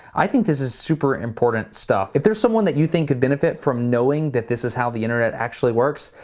i think this is super important stuff. if there's someone that you think could benefit from knowing that this is how the internet actually works,